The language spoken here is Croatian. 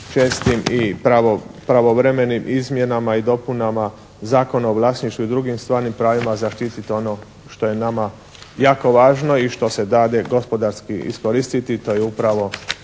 čestim i pravovremenim izmjenama i dopunama Zakona o vlasništvu i drugim stvarnim pravima zaštiti ono što je nama jako važno i što se dade gospodarski iskoristiti. To je upravo